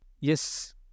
Yes